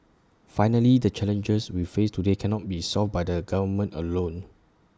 finally the challenges we face today cannot be solved by the government alone